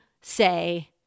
say